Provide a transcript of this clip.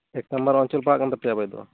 ᱮᱠ ᱱᱟᱢᱵᱟᱨ ᱚᱧᱪᱚᱞ ᱯᱟᱲᱟᱜ ᱠᱟᱱ ᱛᱟᱯᱮᱭᱟ ᱟᱯᱮᱫᱚ